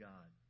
God